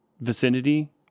vicinity